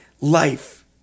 life